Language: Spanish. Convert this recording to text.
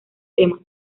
temas